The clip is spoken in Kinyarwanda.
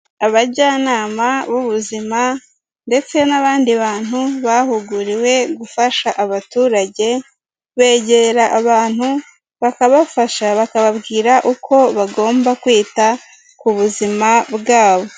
Abajyanama b'ubuzima ndetse n'abandi bantu bahuguriwe gufasha abaturage, begera abantu bakabafasha bakababwira uko bagomba kwita ku buzima bwabo.